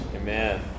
Amen